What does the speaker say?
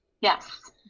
Yes